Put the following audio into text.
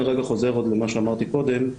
אני רגע חוזר למה שאמרתי קודם,